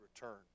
return